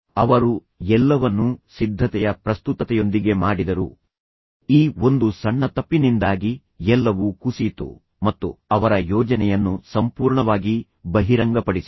ಅವರು ಎಲ್ಲವನ್ನೂ ಸಿದ್ಧತೆಯ ಪ್ರಸ್ತುತತೆಯೊಂದಿಗೆ ಮಾಡಿದರು ಈ ಒಂದು ಸಣ್ಣ ತಪ್ಪಿನಿಂದಾಗಿ ಎಲ್ಲವೂ ಕುಸಿಯಿತು ಮತ್ತು ಅವರ ಯೋಜನೆಯನ್ನು ಸಂಪೂರ್ಣವಾಗಿ ಬಹಿರಂಗಪಡಿಸಿತು